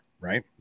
right